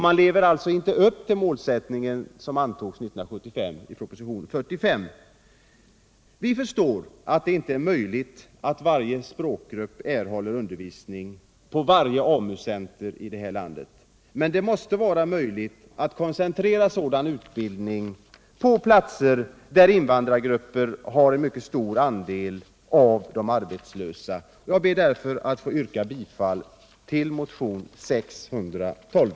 Man lever alltså inte upp till den målsättning som antogs 1975. Vi förstår att det inte är möjligt att varje språkgrupp får undervisning på varje AMU-center i landet, men det måste vara möjligt att koncentrera sådan utbildning till platser där invandrargrupper har en mycket stor andel av de arbetslösa. Jag ber därför att få yrka bifall till motionen 612.